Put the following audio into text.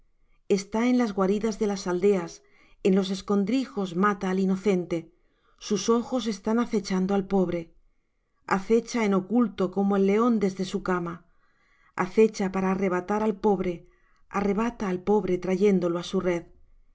está en las guaridas de las aldeas en los escondrijos mata al inocente sus ojos están acechando al pobre acecha en oculto como el león desde su cama acecha para arrebatar al pobre arrebata al pobre trayéndolo á su red